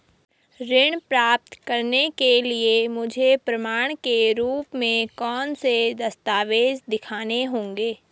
ऋण प्राप्त करने के लिए मुझे प्रमाण के रूप में कौन से दस्तावेज़ दिखाने होंगे?